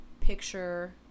picture